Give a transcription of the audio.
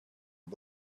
are